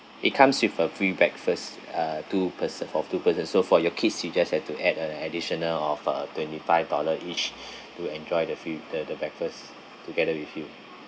it comes with a free breakfast uh two person for two persons so for your kids you just have to a an additional of uh twenty five dollars each to enjoy the fill~ the the breakfast together with you